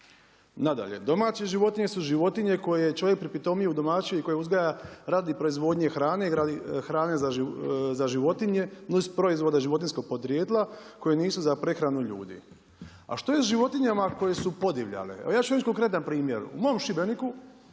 Nadalje, domaće životinje su životinje koje je čovjek pripitomio, udomaćio i koji uzgaja radi proizvodnje hrane i radi hrane za životinje, nusproizvoda životinjskog porijekla koje nisu za prehranu ljudi. A što je sa životinjama koje su podivljale. Evo ja ću reći konkretan primjer. U mom Šibeniku,